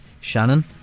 Shannon